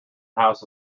house